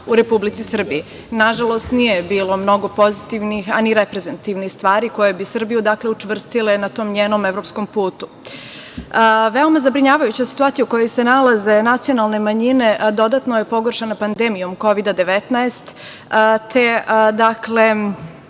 u Republici Srbiji. Nažalost nije bilo mnogo pozitivnih, a ni reprezentativnih stvari koje bi Srbiju učvrstile na tom njenom evropskom putu. Veoma zabrinjavajuća situacija u kojoj se nalaze nacionalne manjine, a dodatno je pogoršana pandemijom Kovida – 19, gde